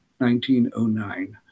1909